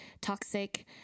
toxic